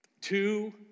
two